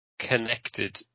connected